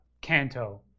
Kanto